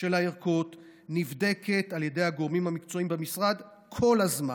של הערכות נבדקת על ידי הגורמים המקצועיים במשרד כל הזמן.